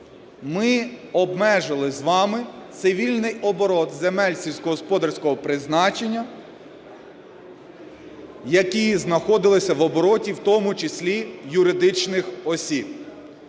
ми обмежили з вами цивільний оборот земель сільськогосподарського призначення, які знаходилися в обороті в тому числі юридичних осіб.